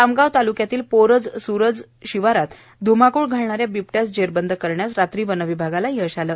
खामगाव तालुक्यातील पोरज सुरज शिवारात धुमाकुळ घालणाऱ्या बिबट्यास जेरबंद करण्यास रात्री वनविभागाला यश आले